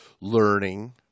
learning